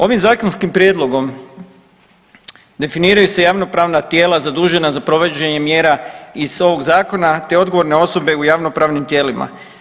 Ovim zakonskim prijedlogom definiraju se javnopravna tijela zadužena za provođenje mjera iz ovog zakona, te odgovorne osobe u javnopravnim tijelima.